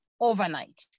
overnight